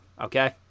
okay